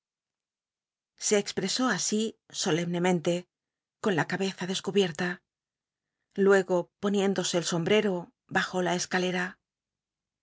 se expresó así solemnemente con la cabeza descubierta luego poniéndose el sombrero bajó la cscalem